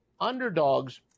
underdogs